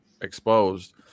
exposed